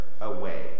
away